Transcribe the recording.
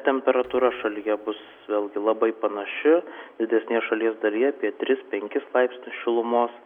temperatūra šalyje bus vėlgi labai panaši didesnėje šalies dalyje apie tris penkis laipsnius šilumos